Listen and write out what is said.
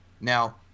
Now